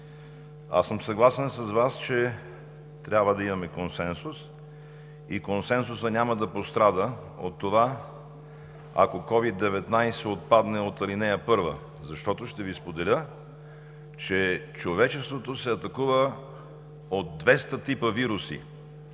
съгласен съм с Вас, че трябва да имаме консенсус. Консенсусът няма да пострада от това, ако COVID-19 отпадне от ал. 1, защото, ще Ви споделя, че човечеството се атакува от 200 типа вируси,